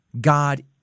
God